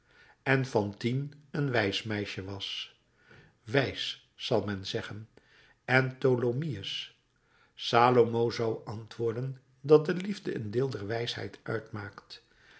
en fantine een wijs meisje was wijs zal men zeggen en tholomyès salomo zou antwoorden dat de liefde een deel der wijsheid uitmaakt